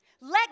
let